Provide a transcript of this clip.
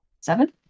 seven